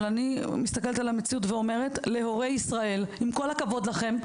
אבל אני מסתכלת על המציאות ואומרת להורי ישראל: עם כל הכבוד לכם,